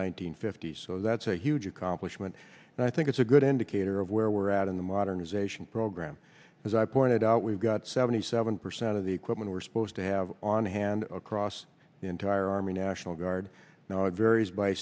hundred fifty s so that's a huge accomplishment and i think it's a good indicator of where we're at in the modernization program as i pointed out we've got seventy seven percent of the equipment we're supposed to have on hand across the entire army national guard now it varies by